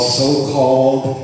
so-called